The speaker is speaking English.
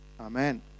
Amen